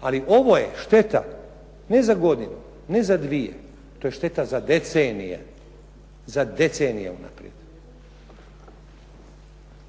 Ali ovo je šteta ne za godinu, ne za dvije. To je šteta za decenije, za decenije unaprijed.